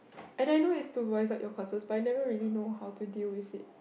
and I know is to voice out your concerns but I never really know how to deal with it